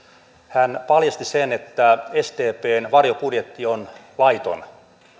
hän paljasti sen että sdpn varjobudjetti on laiton